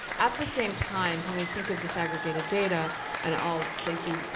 at the same time, when we think of disaggregated data and i'll thank you,